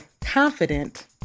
confident